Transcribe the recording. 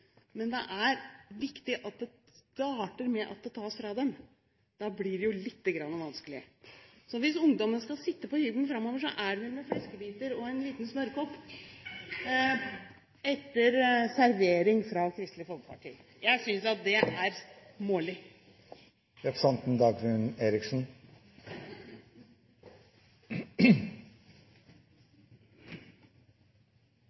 men det er viktig at det starter med at det tas fra dem, da blir det jo lite grann vanskelig. Så hvis ungdommen skal sitte på hybelen framover, er det vel med fleskebiter og en liten smørkopp, etter servering fra Kristelig Folkeparti! Jeg synes det er smålig. Dagrun Eriksen